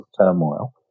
turmoil